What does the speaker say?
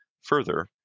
Further